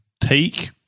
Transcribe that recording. take